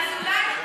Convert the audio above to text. אז אולי,